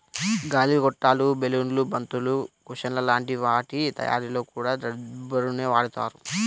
గాలి గొట్టాలు, బెలూన్లు, బంతులు, కుషన్ల లాంటి వాటి తయ్యారీలో కూడా రబ్బరునే వాడతారు